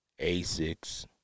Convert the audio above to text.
ASICs